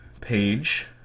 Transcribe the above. page